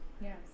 Yes